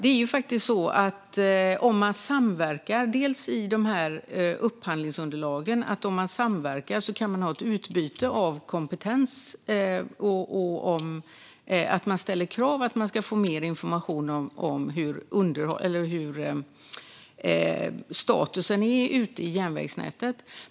När det gäller upphandlingsunderlagen är det faktiskt så att man kan ha ett utbyte av kompetens om man samverkar och ställer krav på att få mer information om hur statusen är ute i järnvägsnätet.